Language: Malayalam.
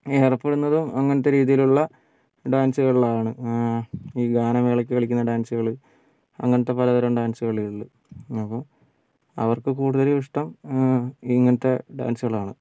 ഏർപ്പെടുന്നതും അങ്ങനത്തെ രീതിയിലുള്ള ഡാൻസുകളിലാണ് ഈ ഗാനമേളയ്ക്ക് കളിക്കുന്ന ഡാൻസുകൾ അങ്ങനത്തെ പലതരം ഡാൻസ് കളികളിൽ അപ്പോൾ അവർക്ക് കൂടുതലും ഇഷ്ടം ഇങ്ങനത്തെ ഡാൻസുകളാണ്